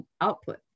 output